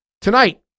Tonight